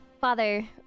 Father